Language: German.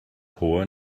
hohe